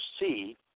see